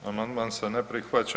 Amandman se ne prihvaća.